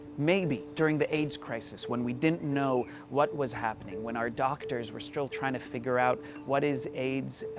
maybe during the aids crisis when we didn't know what was happening, when our doctors were still trying to figure out what is aids,